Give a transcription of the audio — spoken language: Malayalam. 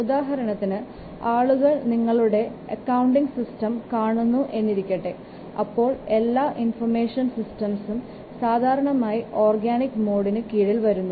ഉദാഹരണത്തിന് ആളുകൾ നിങ്ങളുടെ അക്കൌണ്ടിംഗ് സിസ്റ്റം കാണുന്നു എന്നിരിക്കട്ടെ അപ്പോൾ എല്ലാ ഇൻഫർമേഷൻ സിസ്റ്റംസും സാധാരണയായി ഓർഗാനിക് മോഡിന്റെ കീഴിൽ വരുന്നു